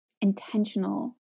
intentional